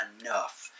enough